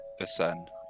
ascend